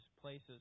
places